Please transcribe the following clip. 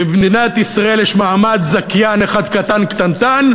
במדינת ישראל יש מעמד זכיין אחד קטן, קטנטן,